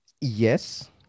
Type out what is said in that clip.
Yes